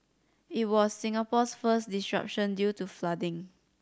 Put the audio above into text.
it was Singapore's first disruption due to flooding